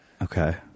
Okay